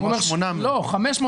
הוא אומר 550 ו-350.